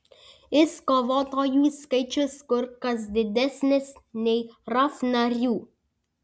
is kovotojų skaičius kur kas didesnis nei raf narių